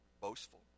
boastful